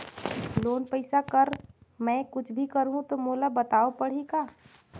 Loan पइसा कर मै कुछ भी करहु तो मोला बताव पड़ही का?